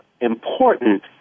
important